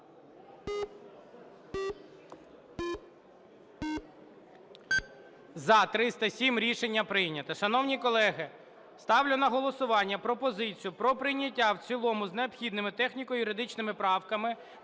За-302 Рішення прийнято.